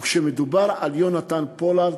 וכשמדובר על יונתן פולארד,